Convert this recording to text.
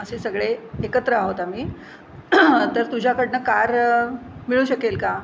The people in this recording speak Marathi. असे सगळे एकत्र आहोत आम्ही तर तुझ्याकडून कार मिळू शकेल का